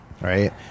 right